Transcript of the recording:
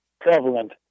prevalent